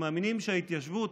הם מאמינים שההתיישבות,